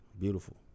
beautiful